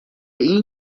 این